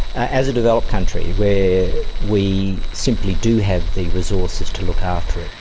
as a developed country, where we simply do have the resources to look after it.